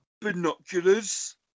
Binoculars